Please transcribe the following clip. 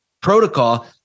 protocol